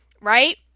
Right